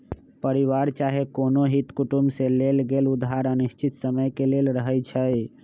परिवार चाहे कोनो हित कुटुम से लेल गेल उधार अनिश्चित समय के लेल रहै छइ